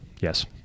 Yes